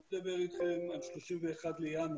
אני מדבר איתכם על 31 בינואר,